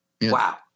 wow